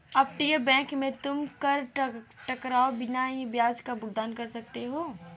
अपतटीय बैंक में तुम कर कटवाए बिना ही ब्याज का भुगतान कर सकते हो